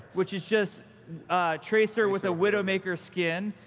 which is just tracer with a widowmaker skin.